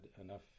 enough